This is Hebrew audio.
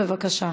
בבקשה.